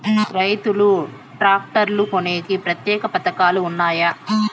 రైతులు ట్రాక్టర్లు కొనేకి ప్రత్యేక పథకాలు ఉన్నాయా?